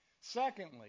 Secondly